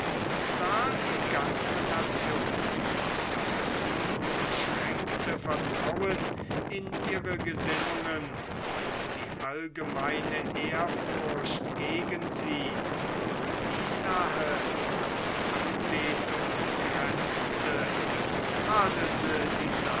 sah die ganze nation das unumschränkte vertrauen in ihre gesinnungen und die allgemeine ehrfurcht gegen sie die nahe an anbetung grenzte adelte